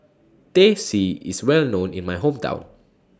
Teh C IS Well known in My Hometown